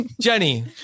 jenny